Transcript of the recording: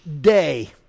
day